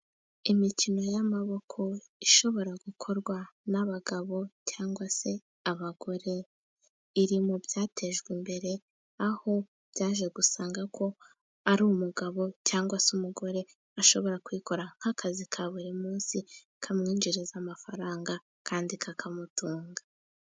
Imikino y'amaboko ishobora gukorwa n'abagabo cyangwa se abagore. Iri mu byatejwe imbere, aho byaje gusanga ko ari umugabo cyangwa se umugore, ashobora kuyikora nk'akazi ka buri munsi, kamwinjiriza amafaranga kandi kakamutunga.